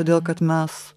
todėl kad mes